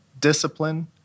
discipline